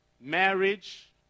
marriage